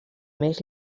més